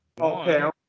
Okay